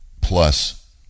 plus